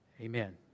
Amen